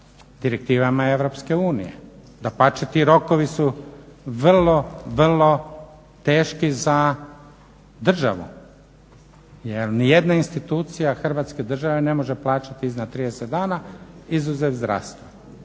direktivama Europske unije. Dapače, ti rokovi su vrlo, vrlo teški za državu. Jer ni jedna institucija Hrvatske države ne može plaćati iznad 30 dana izuzev zdravstva,